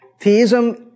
Theism